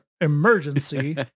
emergency